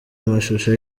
amashusho